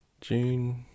June